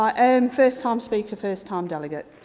ah and first time speaker, first time delegate.